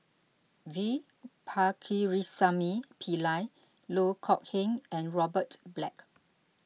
V Pakirisamy Pillai Loh Kok Heng and Robert Black